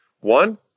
One